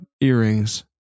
earrings